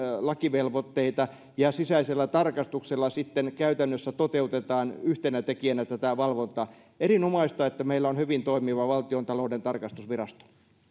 lakivelvoitteita ja sisäisellä tarkastuksella käytännössä toteutetaan yhtenä tekijänä tätä valvontaa erinomaista että meillä on hyvin toimiva valtiontalouden tarkastusvirasto